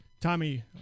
Tommy